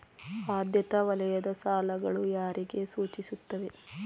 ಆದ್ಯತಾ ವಲಯದ ಸಾಲಗಳು ಯಾರಿಗೆ ಸೂಚಿಸುತ್ತವೆ?